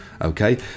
okay